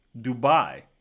Dubai